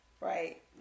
Right